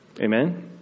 Amen